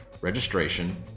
registration